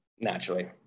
naturally